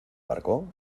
barco